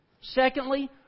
Secondly